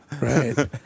right